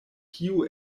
kiu